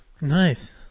Nice